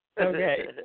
Okay